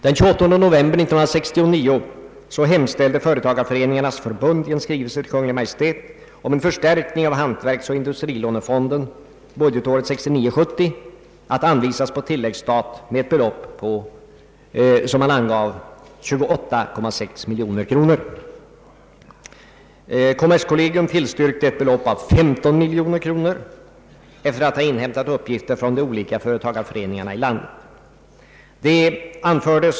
Den 28 november 1969 hemställde Företagareföreningarnas riksförbund i skrivelse till Kungl. Maj:t om en förstärkning av hantverksoch industrilånefonden för budgetåret 1969/70, att anvisas på tillläggsstat med ett belopp av — som det angavs — 28,6 miljoner kronor. Kommerskollegium tillstyrkte ett belopp av 15 miljoner kronor efter att ha inhämtat uppgifter från de olika företagarföreningarna i landet.